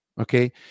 Okay